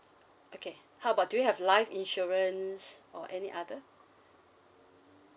okay how about do you have life insurance or any other